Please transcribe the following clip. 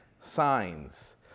signs